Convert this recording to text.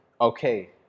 Okay